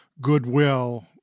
Goodwill